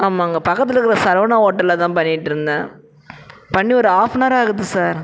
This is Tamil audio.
ஆமாங்க பக்கத்தில் இருக்கிற சரவணா ஹோட்டலில் தான் பண்ணிட்டுருந்தேன் பண்ணி ஒரு ஹாஃப் அன் அவர் ஆகுது சார்